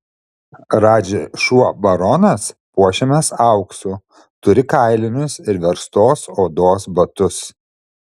radži šuo baronas puošiamas auksu turi kailinius ir verstos odos batus